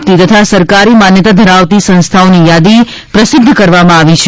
આપતી તથા સરકારી માન્યતા ધરાવતી સંસ્થાઓની યાદી પ્રસિદ્ધ કરવામાં આવી છે